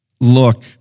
Look